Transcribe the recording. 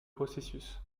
processus